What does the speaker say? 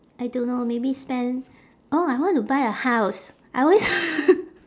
I don't know maybe spend oh I want to buy a house I always